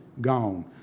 Gone